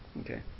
Okay